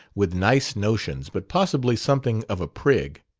with nice notions, but possibly something of a prig.